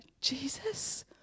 Jesus